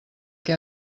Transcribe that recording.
què